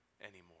anymore